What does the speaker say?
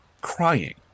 Crying